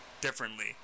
differently